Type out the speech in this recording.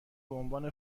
بعنوان